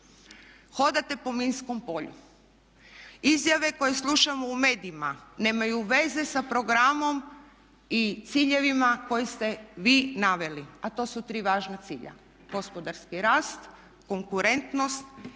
Hodate po minskom polju. Izjave koje slušamo u medijima nemaju veze sa programom i ciljevima koje ste vi naveli, a to su tri važna cilja gospodarski rast, konkurentnosti